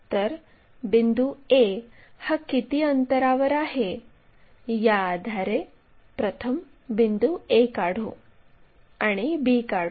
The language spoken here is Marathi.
तर बिंदू a हा किती अंतरावर आहे याआधारे प्रथम बिंदू a काढू आणि b काढू